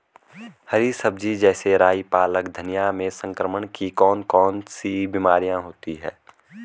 हरी सब्जी जैसे राई पालक धनिया में संक्रमण की कौन कौन सी बीमारियां होती हैं?